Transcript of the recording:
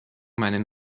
meinen